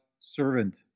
servant